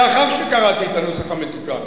לאחר שקראתי את הנוסח המתוקן,